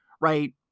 right